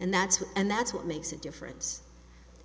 and that's what and that's what makes a difference